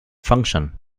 function